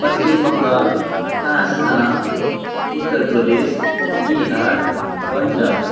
Paschim Bengal Assam Uttar Pradesh Bihar Punjab